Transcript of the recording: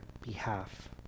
behalf